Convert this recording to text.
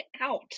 out